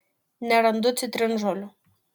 nerandu citrinžolių